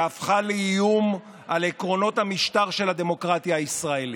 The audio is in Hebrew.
שהפכה לאיום על עקרונות המשטר של הדמוקרטיה הישראלית.